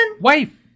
Wife